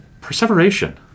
Perseveration